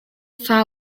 far